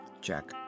Jack